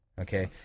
Okay